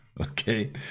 Okay